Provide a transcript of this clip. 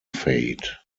fade